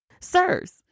Sirs